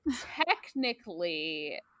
technically